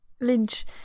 Lynch